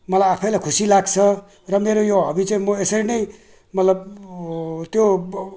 मलाई आफैलाई खुसी लाग्छ र मेरो यो हभी चाहिँ म यसरी नै मतलब त्यो